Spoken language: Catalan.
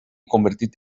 convertit